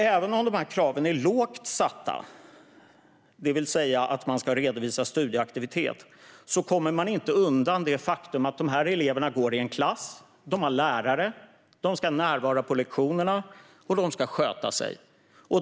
Även om kraven är lågt ställda - det vill säga att man ska redovisa studieaktivitet - kommer vi inte undan det faktum att eleverna går i en klass, att de har lärare, att de ska närvara på lektionerna och att de ska sköta sig.